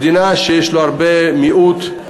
מדינה שיש בה הרבה מיעוטים,